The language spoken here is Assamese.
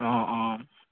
অঁ অঁ